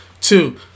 two